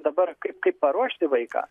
dabar kaip kaip paruošti vaiką